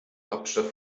hauptstadt